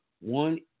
one